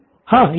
नितिन हाँ